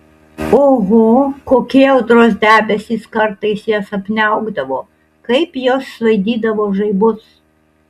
oho kokie audros debesys kartais jas apniaukdavo kaip jos svaidydavo žaibus